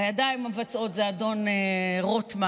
הידיים המבצעות זה אדון רוטמן,